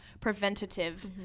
preventative